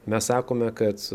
mes sakome kad